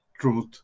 truth